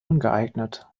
ungeeignet